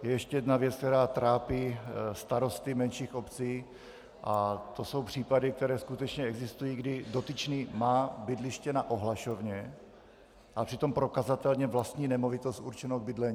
Je ještě jedna věc, která trápí starosty menších obcí, a to jsou případy, které skutečně existují, kdy dotyčný má bydliště na ohlašovně a přitom prokazatelně vlastní nemovitost určenou k bydlení.